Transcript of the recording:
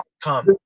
come